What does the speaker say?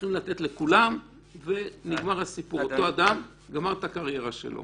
צריכים לתת לכולם ונגמר הסיפור אותו אדם גמר את הקריירה שלו.